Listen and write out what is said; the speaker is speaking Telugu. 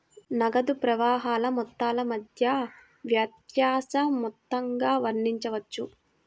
నగదు ప్రవాహాల మొత్తాల మధ్య వ్యత్యాస మొత్తంగా వర్ణించవచ్చు